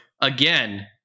again